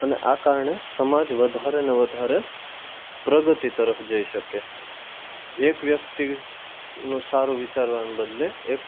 હવે આ કારણે સમાજ વધારે ને વધારે પ્રગતિ તરફ જઈ શકે એક વ્યક્તિનું સારું વિચારવાને બદલે